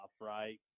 right